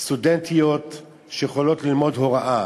תקנים לסטודנטיות שיכולות ללמוד הוראה.